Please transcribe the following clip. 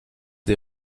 des